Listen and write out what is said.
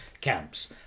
camps